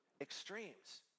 extremes